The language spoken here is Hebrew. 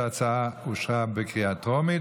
ההצעה של ואטורי קודם כול,